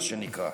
מה שנקרא.